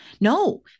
No